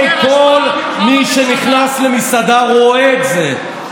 הרי כל מי שנכנס למסעדה רואה את זה,